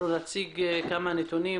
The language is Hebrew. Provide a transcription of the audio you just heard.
נציג כמה נתונים,